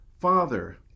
Father